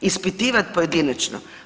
Ispitivati pojedinačno?